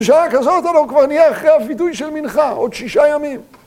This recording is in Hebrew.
שעה כזאת אנו כבר נהיה אחרי הוידוי של מנחה, עוד שישה ימים.